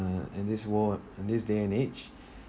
uh in this world in this day and age